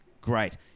Great